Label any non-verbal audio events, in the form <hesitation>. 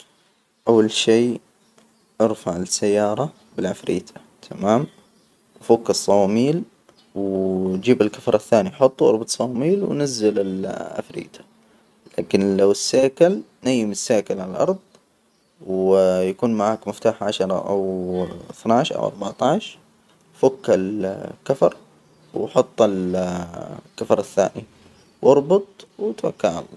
أول شي أرفع السيارة بالعفريتة تمام وفك الصواميل و جيب الكفر الثاني حطه وأربط صواميل ونزل ال <hesitation> العفريتة، لكن لو السيكل نيم السيكل على الأرض و يكون معاك مفتاح عشرة أو اثنى عشر أو اربعة عشر فك الكفر وحط ال- الكفر الثاني. واربط وتوكل على الله.